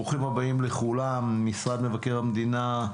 ברוכים הבאים לכולם, משרד מבקר המדינה,